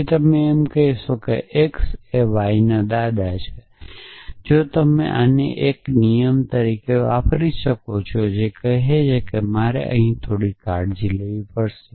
પછી તમે એમ કહી શકો કે x એ વાયના દાદા છે જો તમે આને 1 નિયમ તરીકે વાપરી શકો છો જે કહે છે કે હવે તમારે અહીં થોડી કાળજી લેવી પડશે